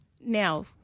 now